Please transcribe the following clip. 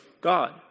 God